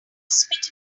spit